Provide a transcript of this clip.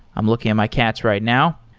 i'm looking at my cats right now.